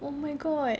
oh my god